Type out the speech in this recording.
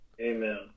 Amen